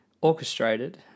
orchestrated